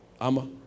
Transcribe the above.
Ama